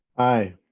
aye,